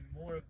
more